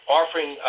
offering